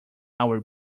our